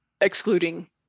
excluding